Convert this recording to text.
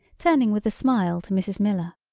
turning with a smile to mrs. miller.